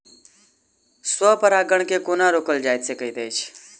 स्व परागण केँ कोना रोकल जा सकैत अछि?